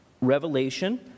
revelation